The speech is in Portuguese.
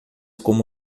como